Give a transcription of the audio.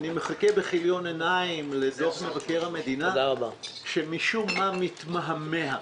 אני מחכה בכיליון עיניים לדוח מבקר המדינה שמשום מה מתמהמה.